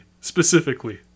specifically